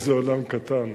איזה עולם קטן.